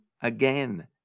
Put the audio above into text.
again